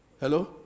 Hello